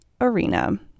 Arena